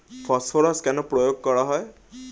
Phosphorus কেন প্রয়োগ করা হয়?